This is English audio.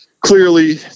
Clearly